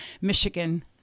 michigan